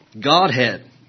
Godhead